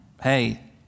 hey